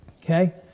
Okay